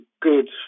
good